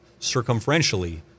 circumferentially